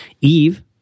Eve